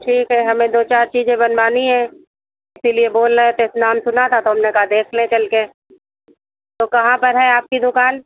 ठीक है हमें दो चार चीज़ें बनवानी है इसीलिए बोल रहे थे इत नाम सुना था तो हमने कहा देख लें चल के तो कहाँ पर है आपकी दुकान